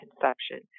conception